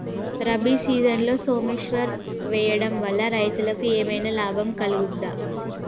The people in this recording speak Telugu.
రబీ సీజన్లో సోమేశ్వర్ వేయడం వల్ల రైతులకు ఏమైనా లాభం కలుగుద్ద?